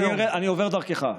אני עובר דרכך.